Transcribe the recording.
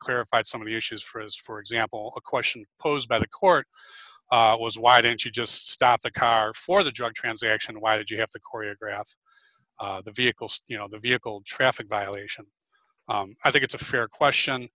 clarified some of the issues for his for example a question posed by the court was why didn't you just stop the car for the judge transaction why did you have to choreograph the vehicle so you know the vehicle traffic violation i think it's a fair question